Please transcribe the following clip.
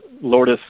Lourdes